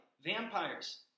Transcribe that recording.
Vampires